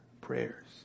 prayers